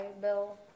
Bill